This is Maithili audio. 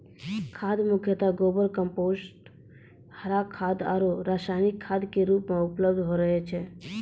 खाद मुख्यतः गोबर, कंपोस्ट, हरा खाद आरो रासायनिक खाद के रूप मॅ उपलब्ध रहै छै